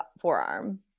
forearm